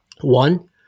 One